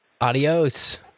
Adios